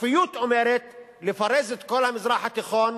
השפיות אומרת לפרק את כל המזרח התיכון